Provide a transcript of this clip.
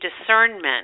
discernment